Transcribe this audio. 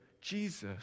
Jesus